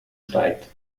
steigt